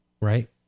right